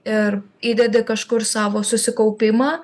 ir įdedi kažkur savo susikaupimą